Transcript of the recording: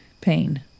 pain